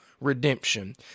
redemption